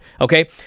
okay